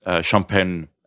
champagne